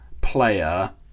player